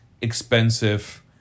expensive